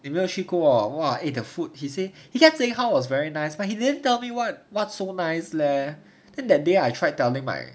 有没有去过 [wah] eh the food he say he kept saying how it was very nice but he didn't tell me what what's so nice leh I think that day I tried telling my